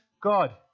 God